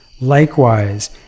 Likewise